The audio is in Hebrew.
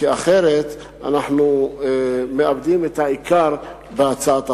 כי אחרת אנחנו מאבדים את העיקר בהצעת החוק.